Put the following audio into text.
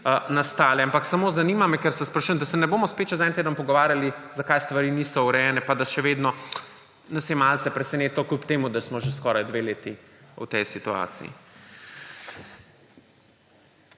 nastale. Ampak samo zanima me, ker se sprašujem, da se ne bomo spet čez en teden pogovarjali, zakaj stvari niso urejene pa da nas je še vedno malce presenetilo, kljub temu da smo že skoraj dve leti v tej situaciji.